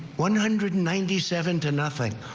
one hundred and ninety seven to nothing.